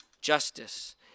justice